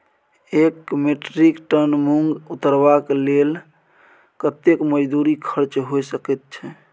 एक metric ton मूंग उतरबा के लेल कतेक मजदूरी खर्च होय सकेत छै?